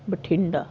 Bathinda